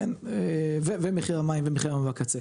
כן ומחיר המים בקצה.